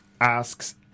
Asks